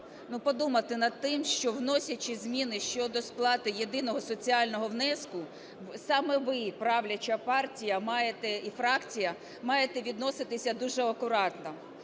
подумати над тим, що, вносячи зміни щодо сплати єдиного соціального внеску, саме ви, правляча партія, маєте… і фракція, маєте відноситися дуже акуратно.